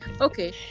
okay